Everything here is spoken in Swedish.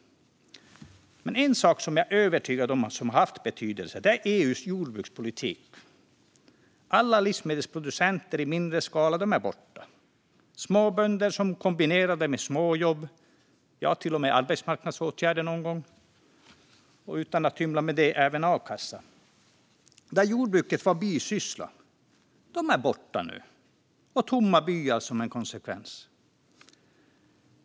Men en sak som jag är övertygad om har haft betydelse är EU:s jordbrukspolitik. Alla livsmedelsproducenter i mindre skala är borta. De småbönder som kombinerade jordbruket med småjobb och till och med arbetsmarknadsåtgärder - och utan att hymla, ibland även A-kassa - och hade jordbruket som bisyssla är borta nu, med tomma byar som konsekvens.